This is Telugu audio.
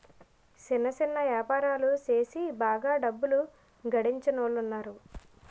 సిన్న సిన్న యాపారాలు సేసి బాగా డబ్బు గడించినోలున్నారు